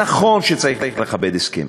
נכון שצריך לכבד הסכם,